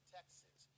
Texas